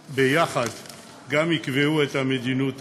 ויחד הם גם יקבעו את המדיניות הכללית,